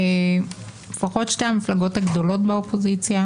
לפחות שתי המפלגות הגדולות באופוזיציה,